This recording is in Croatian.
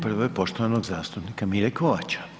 Prva je poštovanog zastupnika Mire Kovača.